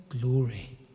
glory